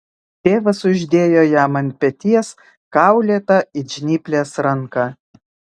tėvas uždėjo jam ant peties kaulėtą it žnyplės ranką